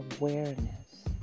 Awareness